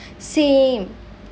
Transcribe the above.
same